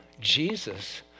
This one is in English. Jesus